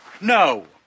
no